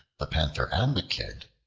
the panther and the kid,